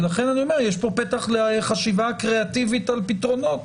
ולכן אני אומר שיש פה פתח לחשיבה קריאטיבית על פתרונות.